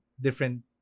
different